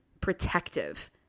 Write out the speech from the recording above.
protective